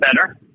better